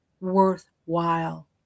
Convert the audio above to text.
worthwhile